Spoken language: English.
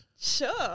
Sure